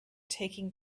taking